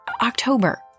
October